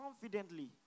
confidently